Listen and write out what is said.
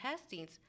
testings